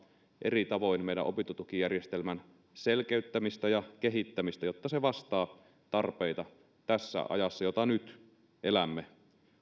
eri tavoin meidän opintotukijärjestelmän selkeyttämistä ja kehittämistä jotta se vastaa tarpeita tässä ajassa jota nyt elämme